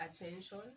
attention